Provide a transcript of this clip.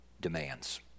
demands